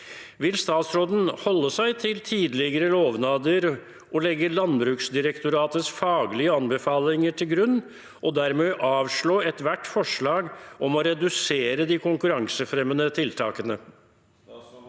Vil statsråden holde seg til tidligere lovnader og legge Landbruksdirektoratets faglige anbefalinger til grunn, og dermed avslå ethvert forslag om å redusere de konkurransefremmende tiltakene?